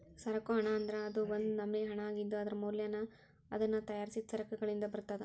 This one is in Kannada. ಸರಕು ಹಣ ಅಂದ್ರ ಅದು ಒಂದ್ ನಮ್ನಿ ಹಣಾಅಗಿದ್ದು, ಅದರ ಮೌಲ್ಯನ ಅದನ್ನ ತಯಾರಿಸಿದ್ ಸರಕಗಳಿಂದ ಬರ್ತದ